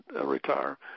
retire